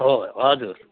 हो हजुर